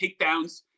takedowns